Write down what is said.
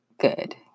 good